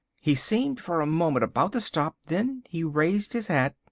he seemed for a moment about to stop, then he raised his hat,